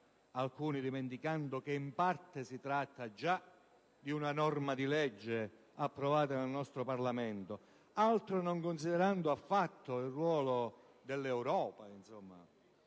alcune dimenticando che in parte si tratta di una norma già approvata dal nostro Parlamento, altre non considerando affatto il ruolo dell'Europa.